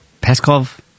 Peskov